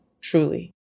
truly